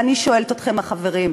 ואני שואלת אתכם, חברים,